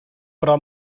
però